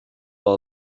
are